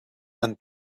and